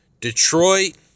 Detroit